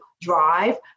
Drive